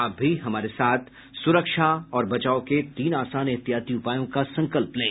आप भी हमारे साथ सुरक्षा और बचाव के तीन आसान एहतियाती उपायों का संकल्प लें